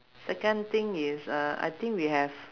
second thing is uh I think we have